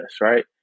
Right